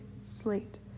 slate